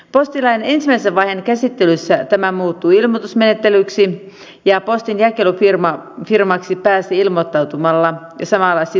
postilain ensimmäisen vaiheen käsittelyssä tämä muuttuu ilmoitusmenettelyksi ja postinjakelufirmaksi pääsee ilmoittautumalla ja samalla sitoutumalla täyttämään nämä ehdot